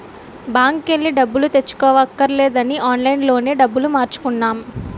బాంకెల్లి డబ్బులు తెచ్చుకోవక్కర్లేదని ఆన్లైన్ లోనే డబ్బులు మార్చుకున్నాం